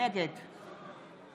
נגד